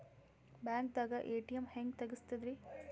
ಬ್ಯಾಂಕ್ದಾಗ ಎ.ಟಿ.ಎಂ ಹೆಂಗ್ ತಗಸದ್ರಿ?